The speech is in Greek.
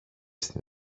στην